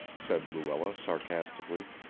said luella sarcastically.